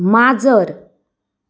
माजर